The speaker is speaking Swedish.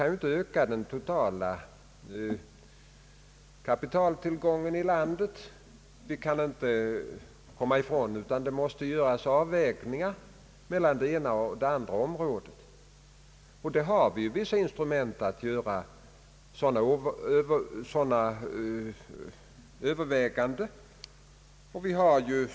Vi kan inte öka den totala kapitaltillgången i landet, och vi kan inte komma ifrån att det måste göras avvägningar mellan det ena och det andra området. För sådana överväganden finns det ju vissa instrument.